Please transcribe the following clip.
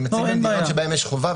אני מציג מדינות שבהן יש חובה,